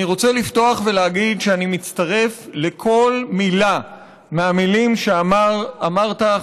אני רוצה לפתוח ולהגיד שאני מצטרף לכל מילה מהמילים שאמרת,